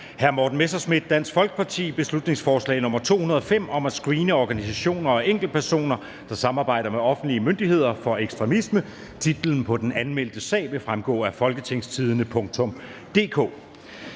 nr. B 205 (Forslag til folketingsbeslutning om at screene organisationer og enkeltpersoner, der samarbejder med offentlige myndigheder, for ekstremisme). Titlen på den anmeldte sag vil fremgå af www.folketingstidende.dk.